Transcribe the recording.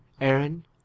Aaron